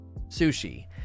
sushi